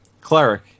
cleric